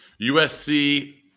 USC